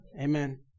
Amen